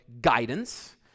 guidance